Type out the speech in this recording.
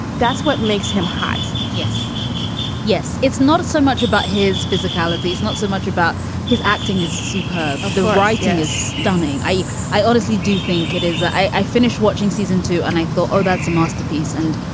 that's what makes him hot. yes yes. it's not so much about his physicality is not so much about his acting is superb. the writing is stunning. i i honestly do think it is. i i finished watching season two and i thought, oh, that's a masterpiece. and.